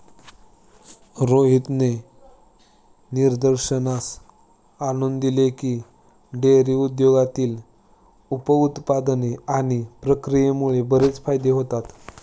रोहितने निदर्शनास आणून दिले की, डेअरी उद्योगातील उप उत्पादने आणि प्रक्रियेमुळे बरेच फायदे होतात